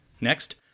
Next